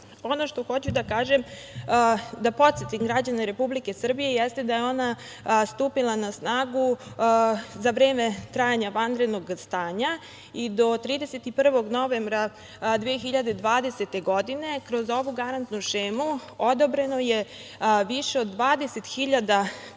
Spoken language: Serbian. ono što hoću da kažem, podsetim građane Republike Srbije jeste da je ona stupila na snagu za vreme trajanja vanrednog stanja i do 31. novembra 2020. godine kroz ovu garantnu šemu odobreno je više od 20.000 kredita